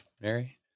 mary